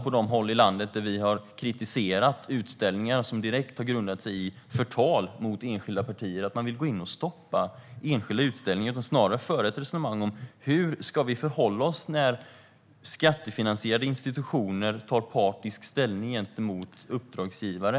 På de håll i landet där vi har kritiserat utställningar som direkt har grundat sig på förtal mot enskilda partier har det inte handlat om att vi vill gå in och stoppa enskilda utställningar. Snarare har vi velat föra ett resonemang om hur man ska förhålla sig när skattefinansierade institutioner tar partisk ställning gentemot uppdragsgivare.